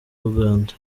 uganda